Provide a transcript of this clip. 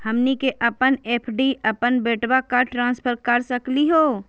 हमनी के अपन एफ.डी अपन बेटवा क ट्रांसफर कर सकली हो?